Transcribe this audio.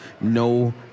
no